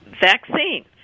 vaccine